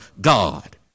god